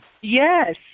yes